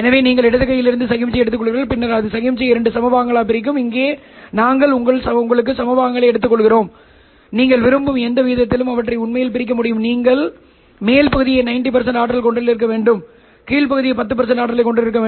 எனவே நீங்கள் இடது கையிலிருந்து சமிக்ஞையை எடுத்துக்கொள்கிறீர்கள் பின்னர் அது சமிக்ஞையை இரண்டு சம பாகங்களாக பிரிக்கும் இங்கே நாங்கள் உங்களுக்கு சம பாகங்களை எடுத்துக்கொள்கிறோம் நீங்கள் விரும்பும் எந்த விகிதத்திலும் அவற்றை உண்மையில் பிரிக்க முடியும் நீங்கள் மேல் பகுதியை 90 ஆற்றலைக் கொண்டிருக்க வேண்டும் கீழே 10 ஆற்றலைக் கொண்டிருக்க வேண்டும்